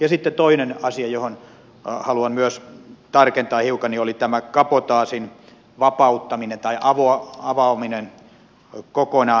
sitten toinen asia jota haluan myös tarkentaa hiukan oli tämä kabotaasin vapauttaminen tai avaaminen kokonaan